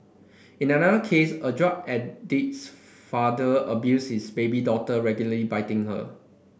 in another case a drug addict father abuses baby daughter regularly biting her